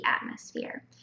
atmosphere